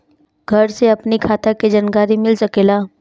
घर से अपनी खाता के जानकारी मिल सकेला?